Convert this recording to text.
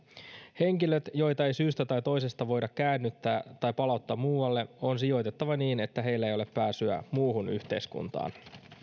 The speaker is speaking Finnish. henkilöt joita ei syystä tai toisesta voida käännyttää tai palauttaa muualle on sijoitettava niin että heillä ei ole pääsyä muuhun yhteiskuntaan